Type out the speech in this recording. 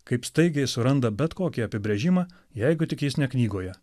kaip staigiai suranda bet kokį apibrėžimą jeigu tik jis ne knygoje